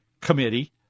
committee